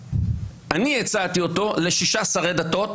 שבו הצעתי לשישה שרי דתות,